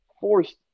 forced